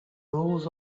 rules